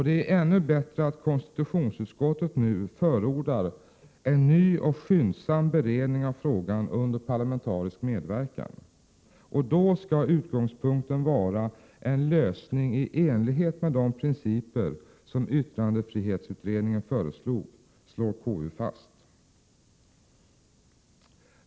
Det är ännu bättre att konstitutionsutskottet nu förordar en ny och skyndsam beredning av frågan under parlamentarisk medverkan. Då skall utgångspunkten vara en lösning i enlighet med de principer som yttrandefrihetsutredningen föreslog, slår KU fast.